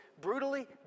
brutally